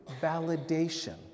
validation